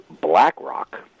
BlackRock